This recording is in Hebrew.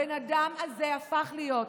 הבן אדם הזה הפך להיות,